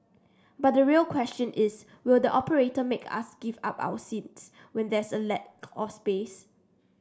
but the real question is will the operator make us give up our seats when there's a lack of space